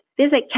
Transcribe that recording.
Visit